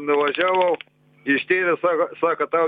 nuvažiavau ištyrė sako tau